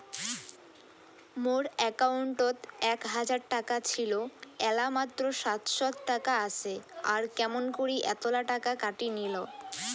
মোর একাউন্টত এক হাজার টাকা ছিল এলা মাত্র সাতশত টাকা আসে আর কেমন করি এতলা টাকা কাটি নিল?